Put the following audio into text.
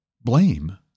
blame